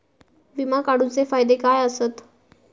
विमा काढूचे फायदे काय आसत?